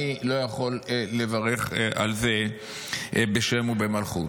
אני לא יכול לברך על זה בשם ובמלכות.